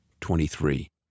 twenty-three